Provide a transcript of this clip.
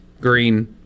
Green